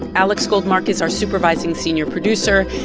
alex goldmark is our supervising senior producer,